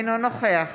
אינו נוכח